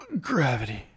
gravity